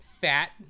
fat